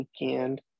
weekend